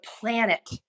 planet